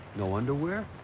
no underwear?